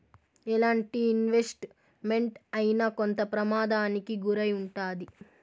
ఎలాంటి investment అయినా కొంత ప్రమాదానికి గురై ఉంటాది